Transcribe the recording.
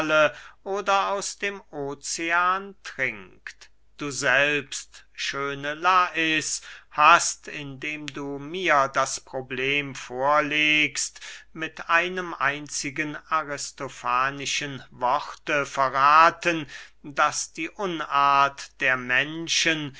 oder aus dem ozean trinkt du selbst schöne lais hast indem du mir das problem vorlegst mit einem einzigen aristofanischen worte verrathen daß die unart der menschen